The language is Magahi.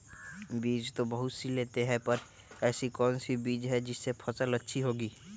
बीज तो बहुत सी लेते हैं पर ऐसी कौन सी बिज जिससे फसल अच्छी होगी?